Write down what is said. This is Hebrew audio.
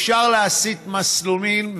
אפשר להסיט מסלולים,